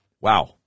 Wow